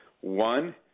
One –